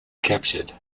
captured